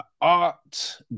Art